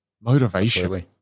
motivation